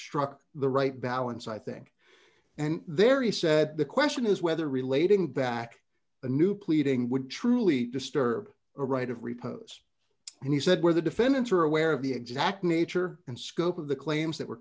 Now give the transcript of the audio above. struck the right balance i think and there he said the question is whether relating back to new pleading would truly disturb a right of repose he said where the defendants are aware of the exact nature and scope of the claims that were